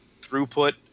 throughput